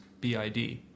BID